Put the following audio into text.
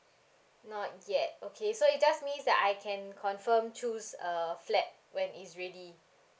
not yet okay so it just means that I can confirm choose a flat when it's ready